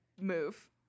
move